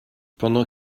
pendant